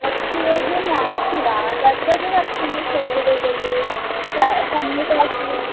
पक्षियोग्यं नास्ति वा तद्वत् वक्तुं शक्यते खलु सम्यक् अस्ति